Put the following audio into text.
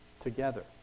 together